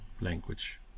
language